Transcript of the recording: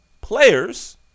players